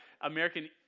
American